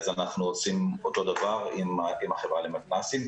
אנחנו עושים אותו דבר עם החברה למתנ"סים,